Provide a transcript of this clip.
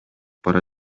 бара